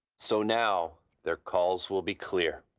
so now their calls will be clear,